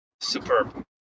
superb